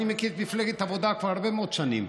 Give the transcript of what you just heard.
אני מכיר את מפלגת העבודה כבר הרבה מאוד שנים.